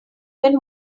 can